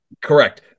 Correct